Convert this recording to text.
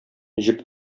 җеп